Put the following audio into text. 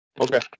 okay